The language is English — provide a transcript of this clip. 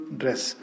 dress